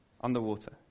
underwater